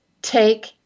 take